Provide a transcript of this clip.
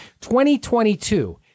2022